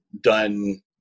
done